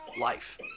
life